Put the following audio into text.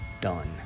done